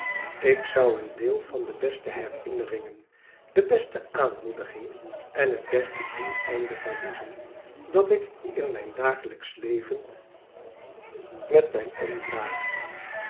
ilk zou een deel van de beste herinneringen de beste aanmoediging en het beste doeleinde verliezen dat ik in mijn dagelijksch leven met mij